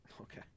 Okay